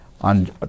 on